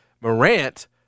Morant